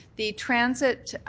the transit